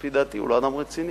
לפי דעתי הוא לא אדם רציני.